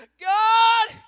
God